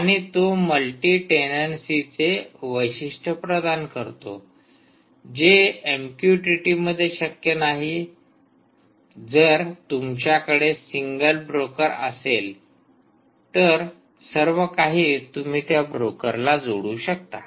आणि तो मल्टी टेनेंसीचे वैशिष्ट्य प्रदान करतो जे एमक्यूटीटी मध्ये शक्य नाही जर तुमच्याकडे सिंगल ब्रोकर असेल तर सर्व काही तुम्ही त्या ब्रोकरला जोडू शकता